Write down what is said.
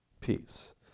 peace